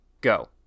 go